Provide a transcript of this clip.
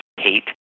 hate